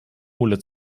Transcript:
ole